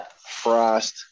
frost